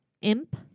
imp